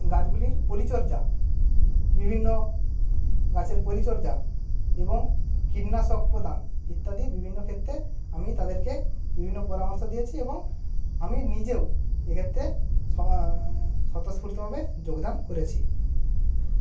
গাছগুলির পরিচর্যা বিভিন্ন গাছের পরিচর্যা এবং কীটনাশক প্রদান ইত্যাদি বিভিন্ন ক্ষেত্রে আমি তাদেরকে বিভিন্ন পরামর্শ দিয়েছি এবং আমি নিজেও এক্ষেত্রে স্বতঃস্ফূর্তভাবে যোগদান করেছি